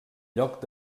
lloc